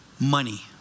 money